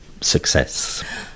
success